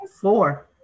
four